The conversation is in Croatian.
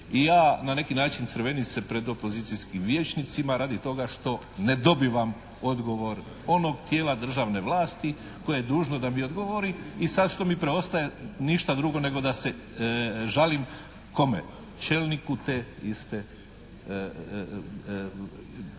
i ja na neki način crvenim se pred opozicijskim vijećnicima radi toga što ne dobivam odgovor onog tijela državne vlasti koje je dužno da mi odgovori i sad što mi preostaje. Ništa drugo nego da se žalim kome? Čelniku te iste institucije